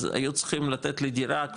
אז היו צריכים לתת לי דירה,